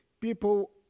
People